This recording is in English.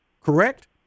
Correct